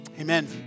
Amen